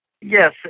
Yes